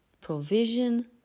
provision